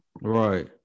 right